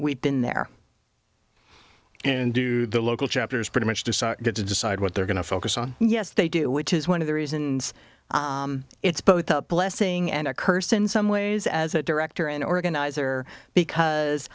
we've been there and do the local chapters pretty much decided to decide what they're going to focus on yes they do which is one of the reasons it's both a blessing and a curse in some ways as a director an organizer because